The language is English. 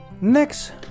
Next